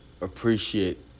Appreciate